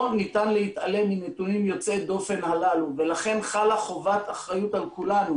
לא ניתן להתעלם מנתונים יוצאי דופן אלה ולכן חלה חובת אחריות על כולנו